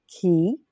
key